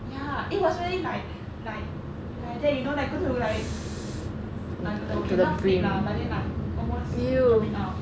ya it was really like like like that you know like go to like I don't know you cannot flip lah but then like almost dropping out